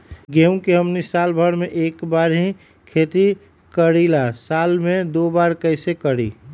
गेंहू के हमनी साल भर मे एक बार ही खेती करीला साल में दो बार कैसे करी?